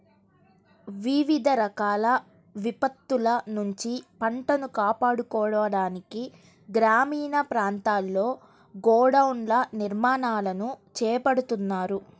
వివిధ రకాల విపత్తుల నుంచి పంటను కాపాడుకోవడానికి గ్రామీణ ప్రాంతాల్లో గోడౌన్ల నిర్మాణాలను చేపడుతున్నారు